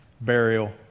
burial